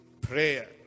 prayer